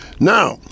Now